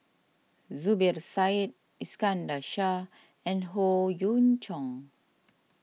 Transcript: Zubir Said Iskandar Shah and Howe Yoon Chong